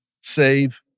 save